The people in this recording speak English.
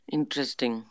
Interesting